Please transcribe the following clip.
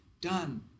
done